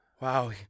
Wow